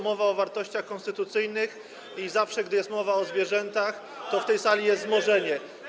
Mowa o wartościach konstytucyjnych i zawsze, gdy jest mowa o zwierzętach, to w tej sali jest wzmożenie.